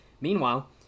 Meanwhile